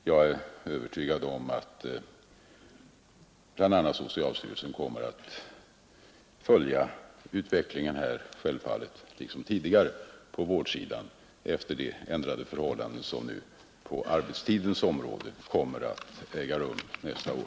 Jag är övertygad om att bl.a. socialstyrelsen liksom tidigare kommer att följa utvecklingen på vårdsidan efter de ändrade förhållanden som på arbetstidens områden kommer att inträda nästa år.